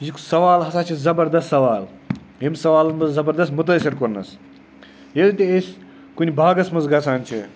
یُتھ سوال ہَسا چھِ زَبردَس سَوال ییٚمۍ سَوالَن بہٕ زَبردَس مُتٲثر کوٚرنَس ییٚلہِ تہِ أسۍ کُنہِ باغَس منٛز گژھان چھِ